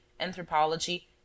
anthropology